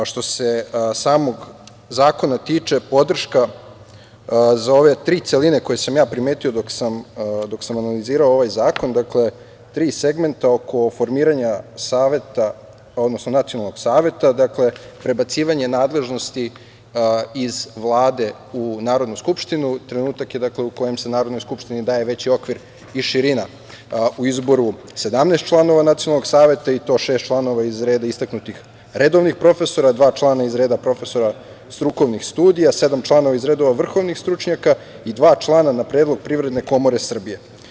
Što se samog zakona tiče, podrška za ove tri celine koje sam ja primetio dok sam analizirao ovaj zakon, dakle, tri segmenta oko formiranja saveta, odnosno nacionalnog saveta, dakle, prebacivanje nadležnosti iz Vlade u Narodnu skupštinu, trenutak je u kojem se Narodnoj skupštini daje veći okvir i širina u izboru 17 članova nacionalnog saveta i to šest članova iz reda istaknutih redovnih profesora, dva člana iz reda profesora strukovnih studija, sedam članova iz redova vrhovnih stručnjaka i dva člana na predlog Privredne komore Srbije.